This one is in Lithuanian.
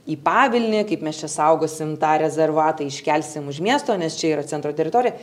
į pavilnį kaip mes čia saugosim tą rezervatą iškelsim už miesto nes čia yra centro teritorija